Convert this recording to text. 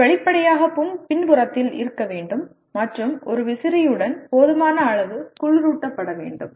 இது வெளிப்படையாக பின்புறத்தில் இருக்க வேண்டும் மற்றும் ஒரு விசிறியுடன் போதுமான அளவு குளிரூட்டப்பட வேண்டும்